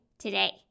today